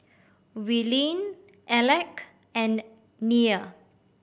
Willene Alec and Nia